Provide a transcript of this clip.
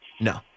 no